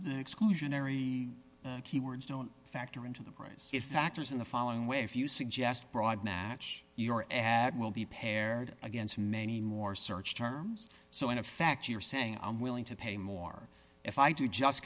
the exclusionary keywords don't factor into the prize it factors in the following way if you suggest broad match your ad will be paired against many more search terms so in effect you're saying i'm willing to pay more if i do just